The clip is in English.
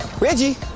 Reggie